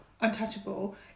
untouchable